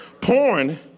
Porn